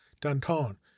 Danton